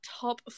top